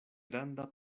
granda